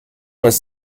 was